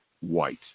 white